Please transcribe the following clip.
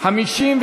הממשלה,